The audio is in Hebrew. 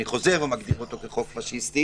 ואני חוזר ומגדיר אותו כחוק פשיסטי.